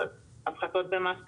הפחתות במס קנייה,